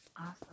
Awesome